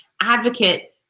advocate